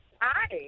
hi